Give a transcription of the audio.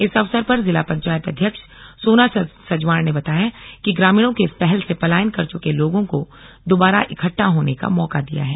इस अवसर पर जिला पंचायत अध्यक्ष सोना सजवाण ने बताया कि ग्रामीणों की इस पहल से पलायन कर चुके लोगों को दोबारा इकट्ठा होने का मौका दिया है